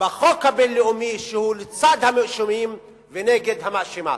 בחוק הבין-לאומי שהוא לצד הנאשמים ונגד המאשימה.